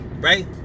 Right